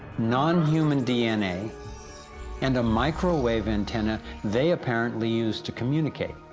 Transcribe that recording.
non-human dna and a microwave antenna they apparently use to communicate,